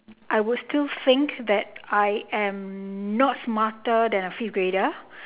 I will still think that I'm not smarter than a fifth grader